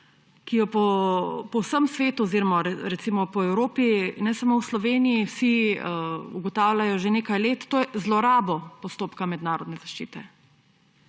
ki jo po vsem svetu oziroma recimo po Evropi, ne samo v Sloveniji, vsi ugotavljajo že nekaj let, to je zlorabo postopka mednarodne zaščite.